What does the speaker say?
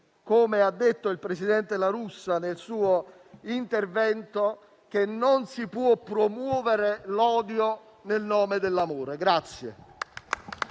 come ha fatto il presidente La Russa nel suo intervento, che non si può promuovere l'odio nel nome dell'amore.